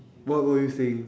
what were you saying